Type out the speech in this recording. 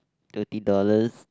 thirty dollars